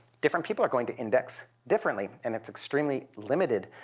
different people are going to index differently and it's extremely limited.